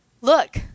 Look